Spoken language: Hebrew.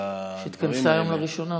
שהתכנסה היום לראשונה,